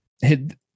hit